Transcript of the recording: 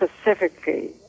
specifically